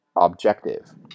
objective